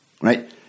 right